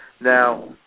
Now